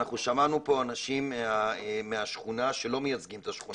אנחנו שמענו פה אנשים מהשכונה שלא מייצגים את השכונה.